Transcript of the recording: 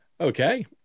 okay